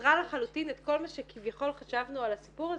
שסתרה לחלוטין את כל מה שכביכול חשבנו על הסיפור הזה,